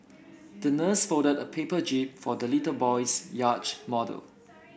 the nurse folded a paper jib for the little boy's yacht model